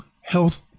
health